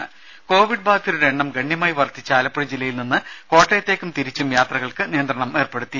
രുമ കോവിഡ് ബാധിതരുടെ എണ്ണം ഗണ്യമായി വർധിച്ച ആലപ്പുഴ ജില്ലയിൽനിന്ന് കോട്ടയത്തേക്കും തിരിച്ചും യാത്രകൾക്ക് നിയന്ത്രണം ഏർപ്പെടുത്തി